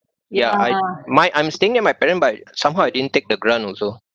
ya I mine I'm staying near my parents but somehow I didn't take the grant also